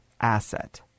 asset